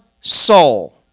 soul